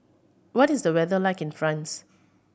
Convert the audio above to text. what is the weather like in France